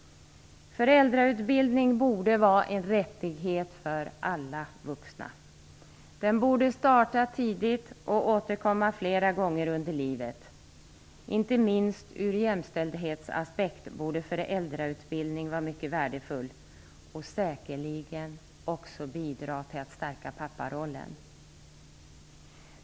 Föräldrautbildning borde vara en rättighet för alla vuxna. Den borde starta tidigt och återkomma flera gånger under livet. Inte minst ur jämställdhetsaspekt borde föräldrautbildning vara mycket värdefull och säkerligen också bidra till att stärka papparollen.